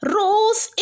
rose